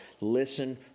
listen